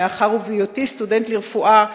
מאחר שבהיותי סטודנט לרפואה,